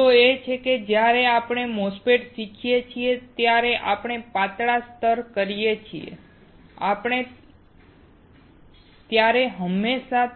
મુદ્દો એ છે કે જ્યારે આપણે MOSFET શીખીએ છીએ જ્યારે આપણે પાતળા સ્તર કહીએ છીએ ત્યારે તમે હંમેશા